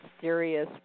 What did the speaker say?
serious